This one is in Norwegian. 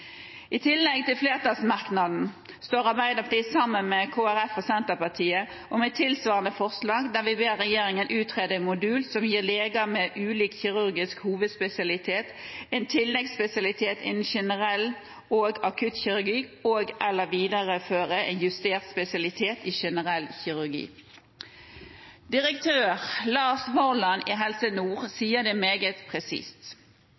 I tillegg til flertallsmerknadene står Arbeiderpartiet sammen med Kristelig Folkeparti og Senterpartiet om et tilsvarende forslag, der vi ber regjeringen utrede en modul som gir leger med ulike kirurgiske hovedspesialiteter en tilleggsspesialitet innen generell- og akuttkirurgi, og/eller videreføre justert spesialitet i generell kirurgi. Direktør Lars Vorland i Helse Nord sier det meget presist: